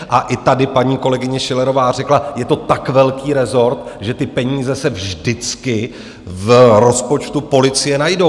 A i tady paní kolegyně Schillerová řekla, je to tak velký rezort, že ty peníze se vždycky v rozpočtu policie najdou.